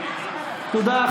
תודה.